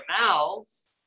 mouths